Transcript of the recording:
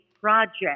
project